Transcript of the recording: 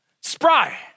spry